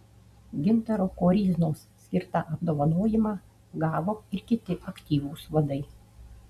gintaro koryznos skirtą apdovanojimą gavo ir kiti aktyvūs vadai